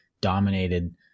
dominated